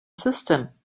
system